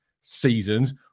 seasons